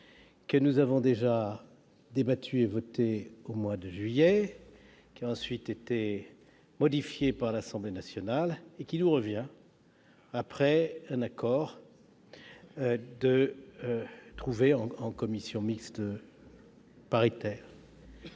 nous l'avons déjà débattu et voté au mois de juillet dernier, avant qu'il ne soit modifié par l'Assemblée nationale. Il nous revient après un accord trouvé en commission mixte paritaire.